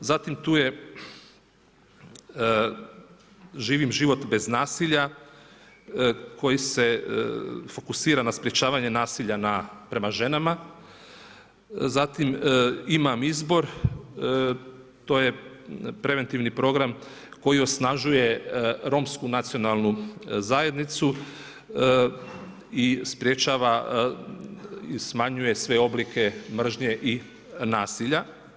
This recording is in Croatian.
Zatim tu je živi život bez nasilja, koji se fokusira na sprječavanje nasilja prema ženama, zatim imam izbor, to je preventivni program koji osnažuje Romsku nacionalnu zajednicu i sprječava i smanjuje sve oblike mržnje i nasilja.